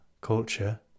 Culture